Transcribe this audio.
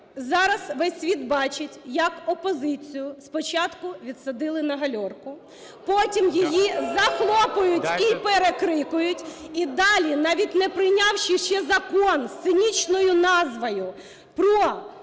зараз весь світ бачить як опозицію спочатку відсадили на галерку, потім її захлопують і перекрикують. (Шум у залі) І далі, навіть не прийнявши ще Закон з цинічною назвою: про